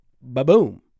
Ba-boom